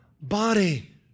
body